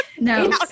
No